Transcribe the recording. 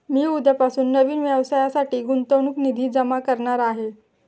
मी उद्यापासून नवीन व्यवसायासाठी गुंतवणूक निधी जमा करणार आहे